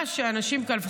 מה שאנשים כאן,